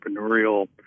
entrepreneurial